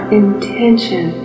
intention